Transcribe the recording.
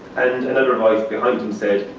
and another voice behind him said,